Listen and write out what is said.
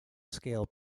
scale